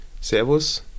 servus